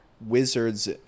wizards